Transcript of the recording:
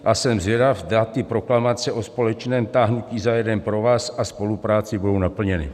A jsem zvědav, zda proklamace o společném táhnutí za jeden provaz a spolupráci budou naplněny.